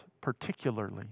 particularly